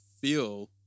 feel